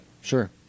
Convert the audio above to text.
sure